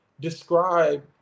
describe